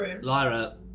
Lyra